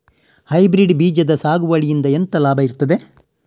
Hybrid ಬೀಜದ ಸಾಗುವಳಿಯಿಂದ ಎಂತ ಲಾಭ ಇರ್ತದೆ?